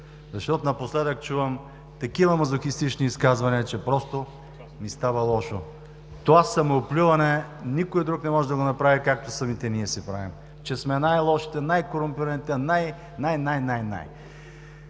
защото напоследък чувам такива мазохистични изказвания, че просто ми става лошо. Това самооплюване никой друг не може да го направи, както самите ние си правим – че сме най-лошите, че сме най-корумпираните, най- най- най-.